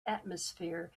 atmosphere